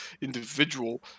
individual